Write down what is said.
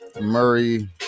Murray